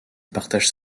partagent